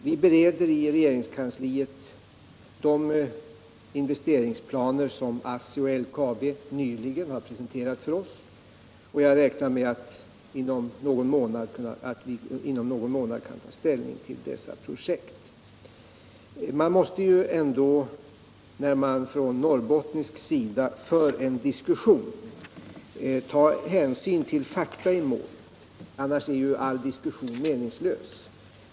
Vi bereder i regeringskansliet de investeringsplaner som ASSI och LKAB nyligen har presenterat för oss. Jag räknar med att vi inom någon månad kan ta ställning till dessa projekt. Man måste ju ändå när man för en diskussion ta hänsyn till fakta i målet — annars är all diskussion meningslös.